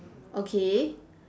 okay